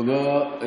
תודה.